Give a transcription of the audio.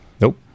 Nope